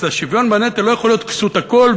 אז השוויון בנטל לא יכול להיות כסות הכול,